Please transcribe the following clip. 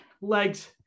legs